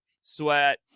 Sweat